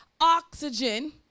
oxygen